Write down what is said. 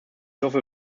hoffe